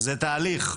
זה תהליך.